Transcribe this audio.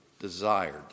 desired